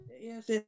yes